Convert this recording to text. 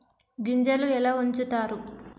గింజలు ఎలా ఉంచుతారు?